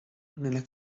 nella